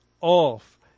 off